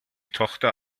tochter